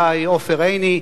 אולי עופר עיני,